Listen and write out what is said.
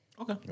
okay